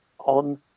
On